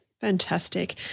Fantastic